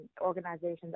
organizations